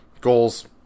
Goals